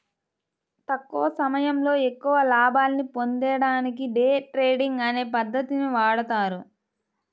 తక్కువ సమయంలో ఎక్కువ లాభాల్ని పొందడానికి డే ట్రేడింగ్ అనే పద్ధతిని వాడతారు